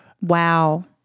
wow